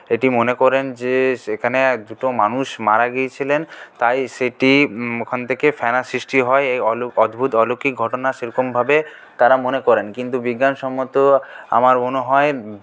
এটি মনে করেন যে সেখানে এক দুটো মানুষ মারা গিয়েছিলেন তাই সেটি ওখান থেকে ফ্যানা সৃষ্টি হয় এই অদ্ভুত অলৌকিক ঘটনা সেরকমভাবে তারা মনে করেন কিন্তু বিজ্ঞানসম্মত আমার মনে হয়